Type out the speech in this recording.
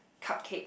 cupcakes